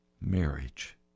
marriage